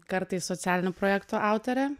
kartais socialinių projektų autorė